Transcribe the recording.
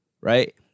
right